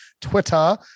twitter